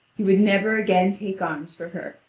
he would never again take arms for her,